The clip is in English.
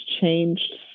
changed